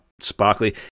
sparkly